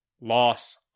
loss